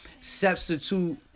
substitute